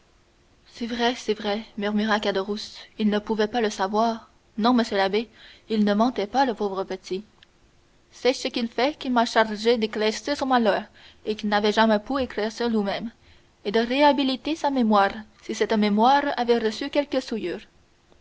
c'est vrai c'est vrai murmura caderousse il ne pouvait pas le savoir non monsieur l'abbé il ne mentait pas le pauvre petit c'est ce qui fait qu'il m'a chargé d'éclaircir son malheur qu'il n'avait jamais pu éclaircir lui-même et de réhabiliter sa mémoire si cette mémoire avait reçu quelque